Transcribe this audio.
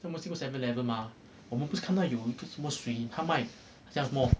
刚才我们不是经过 seven eleven 吗我们不是看到不懂什么水他卖什么